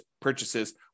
purchases